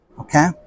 okay